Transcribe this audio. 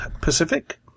Pacific